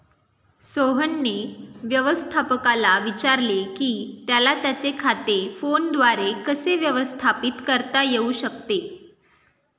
सोहनने व्यवस्थापकाला विचारले की त्याला त्याचे खाते फोनद्वारे कसे व्यवस्थापित करता येऊ शकते